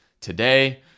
Today